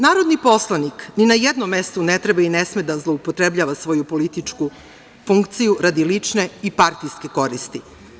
Narodni poslanik ni na jednom mestu ne treba i ne sme da zloupotrebljava svoju političku funkciju radi lične i partijske koristi.